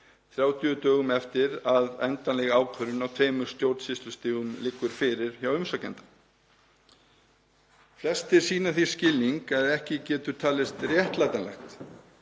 30 dögum eftir að endanleg ákvörðun á tveimur stjórnsýslustigum liggur fyrir hjá umsækjendum. Flestir sýna því skilning að ekki getur talist réttlætanlegt